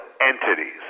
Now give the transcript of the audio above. entities